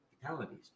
fatalities